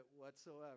whatsoever